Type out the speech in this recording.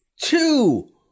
two